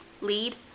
lead